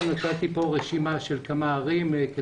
כאן נתתי כדוגמה רשימה של כמה ערים.